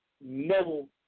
no